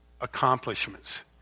accomplishments